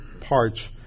parts